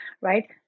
right